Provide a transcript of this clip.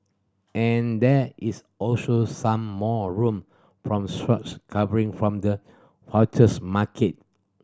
and there is also some more room from short covering from the futures market